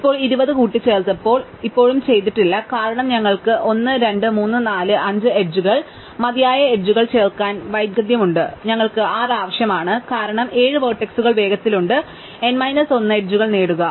ഇപ്പോൾ 20 കൂട്ടിച്ചേർത്തപ്പോൾ ഞങ്ങൾ ഇപ്പോഴും ചെയ്തിട്ടില്ല കാരണം ഞങ്ങൾക്ക് 1 2 3 4 5 എഡ്ജുകൾ മതിയായ എഡ്ജുകൾ ചേർക്കാൻ വൈദഗ്ദ്ധ്യം ഉണ്ട് ഞങ്ങൾക്ക് 6 ആവശ്യമാണ് കാരണം ഞങ്ങൾക്ക് 7 വേർട്ടക്സുകൾ വേഗത്തിൽ ഉണ്ട് ഞങ്ങൾ n മൈനസ് 1 എഡ്ജുകൾ നേടുക